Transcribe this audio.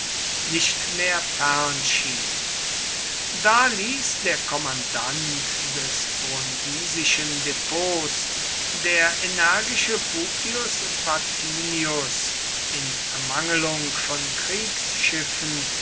nicht mehr fern schien da ließ der kommandant des brundisischen depots der energische publius vatinius in ermangelung von kriegsschiffen